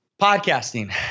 podcasting